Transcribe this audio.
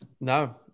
No